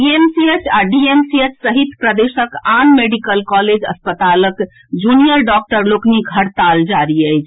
PMCH आ DMCH सहित प्रदेशक आन मेडिकल कॉलेज अस्पतालक जूनियर डॉक्टर लोकनिक हड़ताल जारी अछि